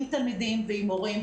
עם תלמידים ועם מורים.